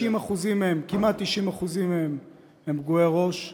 90% מהם, כמעט 90% מהם, הם פגועי ראש.